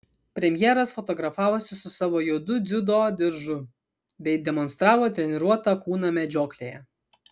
premjeras fotografavosi su savo juodu dziudo diržu bei demonstravo treniruotą kūną medžioklėje